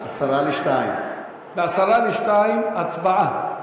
01:50. ב-01:50 הצבעה.